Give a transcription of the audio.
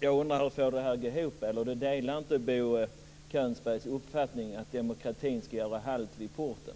Jag undrar hur Barbro Westerholm får detta att gå ihop. Barbro Westerholm delar kanske inte Bo Könbergs uppfattning att demokratin skall göra halt vid porten.